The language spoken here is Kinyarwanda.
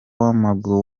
w’amaguru